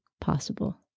possible